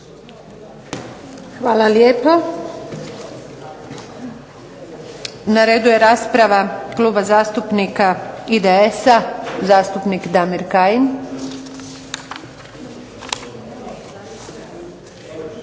Hvala lijepo. Na redu je rasprava Kluba zastupnika IDS-a, zastupnik Damir Kajin.